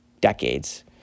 decades